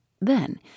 Then